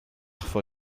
vor